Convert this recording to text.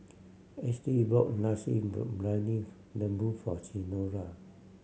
Ashley bought Nasi Briyani Lembu for Senora